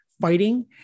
Fighting